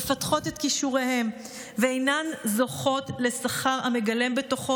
מפתחות את כישוריהם ואינן זוכות לשכר המגלם בתוכו